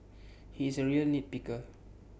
he is A real nitpicker